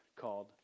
called